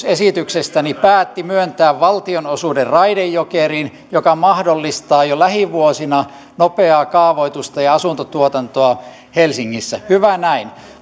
esityksestäni päätti myöntää valtionosuuden raide jokeriin joka mahdollistaa jo lähivuosina nopeaa kaavoitusta ja asuntotuotantoa helsingissä hyvä näin